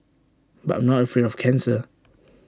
but I'm not afraid of cancer